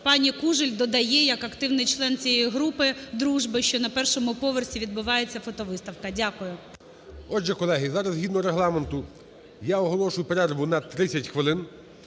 Пані Кужель додає як активний член цієї групи дружби, що на першому поверсі відбувається фотовиставка. Дякую. 12:02:58 ГОЛОВУЮЧИЙ. Отже, колеги, зараз згідно Регламенту я оголошую перерву на 30 хвилин.